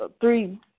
three